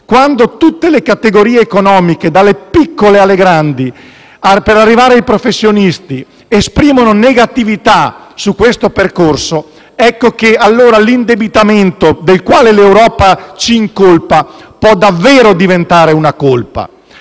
quando tutte le categorie economiche, dalle piccole alle grandi, per arrivare ai professionisti, esprimono negatività su questo percorso, allora l'indebitamento del quale l'Europa ci incolpa può davvero diventare una colpa.